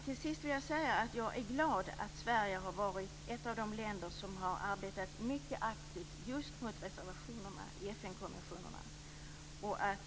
Till sist vill jag säga att jag är glad att Sverige har varit ett av de länder som har arbetat mycket aktivt just mot reservationerna till FN-konventionerna.